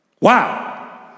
Wow